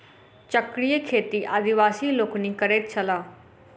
चक्रीय खेती आदिवासी लोकनि करैत छलाह